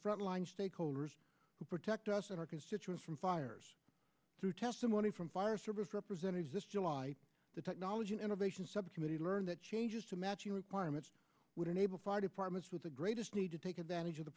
frontline coders who protect us and our constituents from fires through testimony from fire service representatives this july the technology and innovation subcommittee learned that changes to matching requirements would enable fire departments with the greatest need to take advantage of the